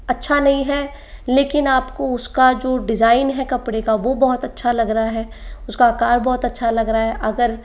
अच्छा नहीं है लेकिन आप को उस का जो डिज़ाइन है कपड़े का वो बहुत अच्छा लग रहा है उस का आकार बहुत अच्छा लग रहा है अगर